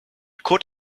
could